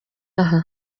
aha